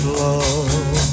love